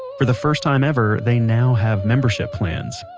for the first time ever they now have membership plans.